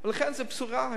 לכן, זו בשורה.